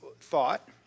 thought